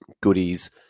goodies